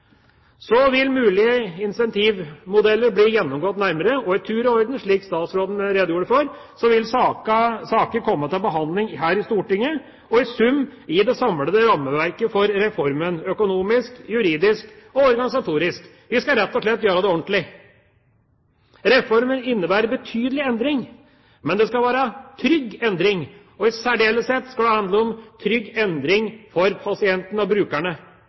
Så vil mulige incentivmodeller bli gjennomgått nærmere, og i tur og orden, slik statsråden redegjorde for, vil saker komme til behandling her i Stortinget, og i sum gi det samlede rammeverket for reformen økonomisk, juridisk og organisatorisk. Vi skal rett og slett gjøre det ordentlig. Reformen innebærer betydelig endring, men det skal være trygg endring, og i særdeleshet skal det handle om trygg endring for pasientene, brukerne,